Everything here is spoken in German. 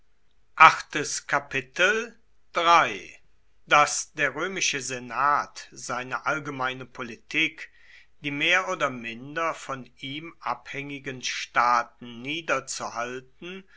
daß der römische senat seine allgemeine politik die mehr oder minder von ihm abhängigen staaten